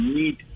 need